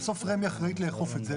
בסוף רמ"י אחראית לאכוף את זה.